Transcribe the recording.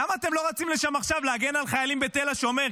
למה אתם לא רצים לשם עכשיו להגן על חיילים בתל השומר?